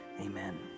Amen